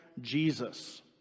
Jesus